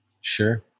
Sure